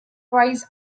prize